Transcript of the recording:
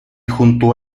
junto